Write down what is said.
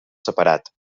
separat